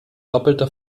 doppelter